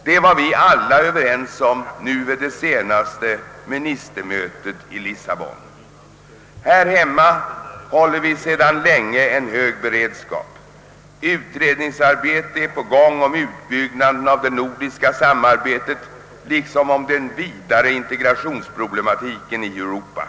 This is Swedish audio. Detta var vi alla överens om vid det senaste ministermötet i Lissabon. Här hemma håller vi sedan lång tid en hög beredskap. Utredningsarbete är igångsatt om utbyggnaden av det nordiska samarbetet liksom om den vidare integrationsproblematiken i Europa.